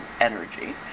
energy